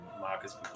Marcus